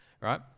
right